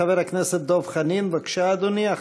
חבר הכנסת דב חנין, בבקשה, אדוני.